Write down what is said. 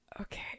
Okay